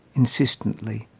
insistently,